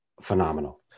phenomenal